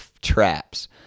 traps